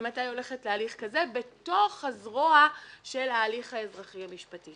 ומתי היא הולכת להליך כזה בתוך הזרוע של ההליך האזרחי המשפטי.